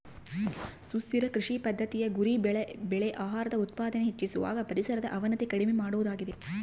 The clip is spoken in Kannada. ಸುಸ್ಥಿರ ಕೃಷಿ ಪದ್ದತಿಯ ಗುರಿ ಬೆಳೆ ಆಹಾರದ ಉತ್ಪಾದನೆ ಹೆಚ್ಚಿಸುವಾಗ ಪರಿಸರದ ಅವನತಿ ಕಡಿಮೆ ಮಾಡೋದಾಗಿದೆ